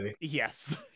yes